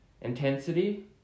intensity